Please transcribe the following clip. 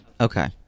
okay